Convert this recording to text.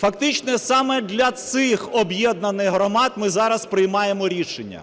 Фактично саме для цих об'єднаних громад ми зараз приймаємо рішення.